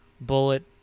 Bullet